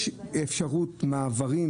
יש אפשרות למעברים,